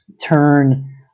turn